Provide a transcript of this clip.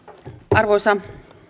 arvoisa